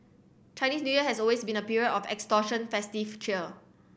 Chinese New Year has always been a period of extortion festive cheer